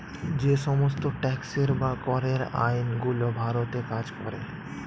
যে সমস্ত ট্যাক্সের বা করের আইন গুলো ভারতে কাজ করে